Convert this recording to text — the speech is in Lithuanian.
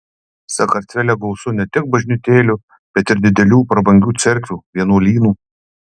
sakartvele gausu ne tik bažnytėlių bet ir didelių prabangių cerkvių vienuolynų